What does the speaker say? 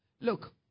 Look